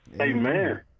Amen